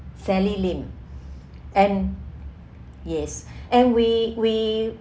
sally lim and yes and we we